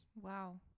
Wow